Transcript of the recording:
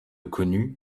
connu